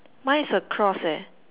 mine is a cross eh